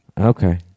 Okay